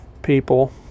people